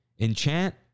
Enchant